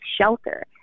shelter